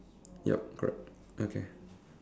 yup correct okay